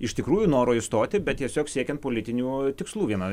iš tikrųjų noro išstoti bet tiesiog siekiant politinių tikslų vienai